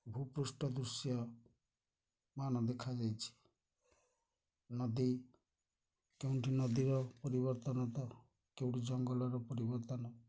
ଭୂ ପୃଷ୍ଠ ଦୃଶ୍ୟ ମାନ ଦେଖାଦେଇଛି ନଦୀ କେଉଁଠି ନଦୀର ପରିବର୍ତ୍ତନ ତ କେଉଁଠି ଜଙ୍ଗଲର ପରିବର୍ତ୍ତନ